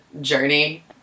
journey